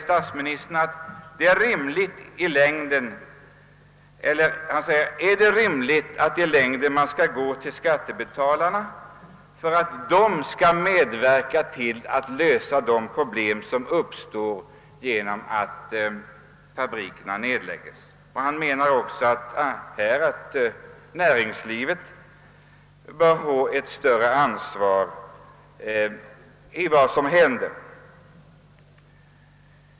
Statsministern frågade: Är det i längden rimligt att vi skall gå till skattebetalarna och begära att dessa skall lösa de problem som uppstår genom att fabrikerna nedläggs? Statsministern ansåg att näringslivet bör få ett större ansvar för vad som händer.